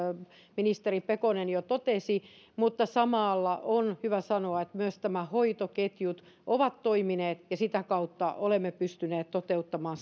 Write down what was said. ministeri pekonen jo totesi mutta samalla on hyvä sanoa että myös nämä hoitoketjut ovat toimineet ja sitä kautta olemme pystyneet toteuttamaan